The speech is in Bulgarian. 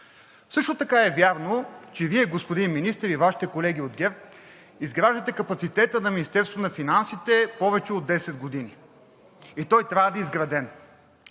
Също така е вярно, че Вие, господин Министър, и Вашите колеги от ГЕРБ изграждате капацитета на Министерството на финансите повече от 10 години и той трябва да е изграден.